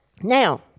Now